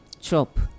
chop